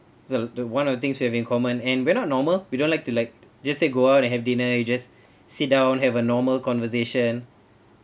the the one of the things we have in common and we are not normal we don't like to like just say go out and have dinner you just sit down have a normal conversation